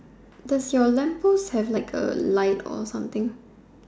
does your lamp post have like a light or something